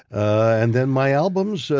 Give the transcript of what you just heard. and then my albums,